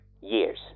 years